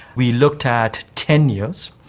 we looked at ten years,